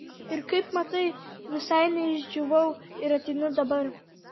ir kaip matai visai neišdžiūvau ir ateinu dabar